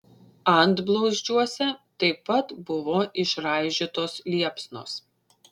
antblauzdžiuose taip pat buvo išraižytos liepsnos